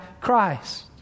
Christ